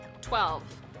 Twelve